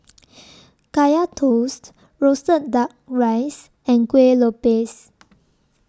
Kaya Toast Roasted Duck Rice and Kueh Lopes